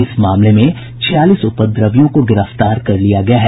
इस मामले में छियालीस उपद्रवियों को गिरफ्तार कर लिया गया है